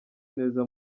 neza